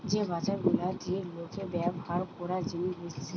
যে বাজার গুলাতে লোকে ব্যভার কোরা জিনিস বেচছে